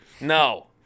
No